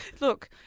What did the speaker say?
Look